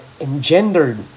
engendered